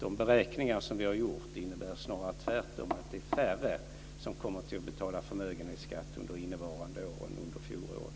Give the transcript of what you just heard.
De beräkningar som vi har gjort innebär snarare tvärtom - det är färre som kommer att betala förmögenhetsskatt under innevarande år än under fjolåret.